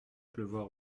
pleuvoir